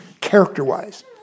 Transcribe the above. character-wise